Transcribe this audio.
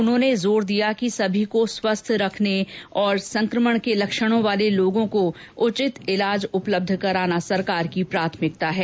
उन्होंने जोर दिया कि सभी को स्वस्थ रखने और संक्रमण के लक्षणों वाले लोगों को उचित इलाज उपलब्ध कराना सरकार की प्राथमिकता है